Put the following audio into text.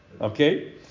Okay